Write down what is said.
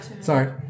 Sorry